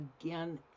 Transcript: again